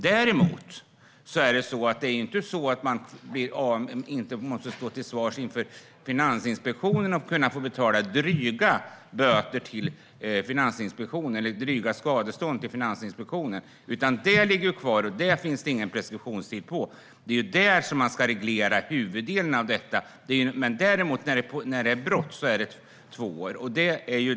Det är inte så att man inte måste stå till svars inför Finansinspektionen och få betala dryga skadestånd till Finansinspektionen. Där finns ingen preskriptionstid. Däremot är preskriptionstiden två år vid brott.